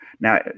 Now